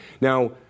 Now